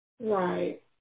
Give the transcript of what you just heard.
Right